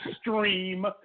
stream